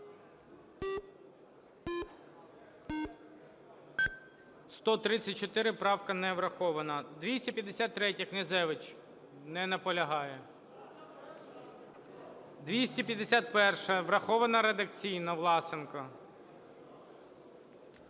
За-134 Правка не врахована. 253-я, Князевич. Не наполягає. 251-а, врахована редакційно, Власенко.